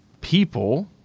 people